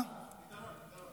רוצה פתרון.